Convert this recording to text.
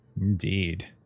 Indeed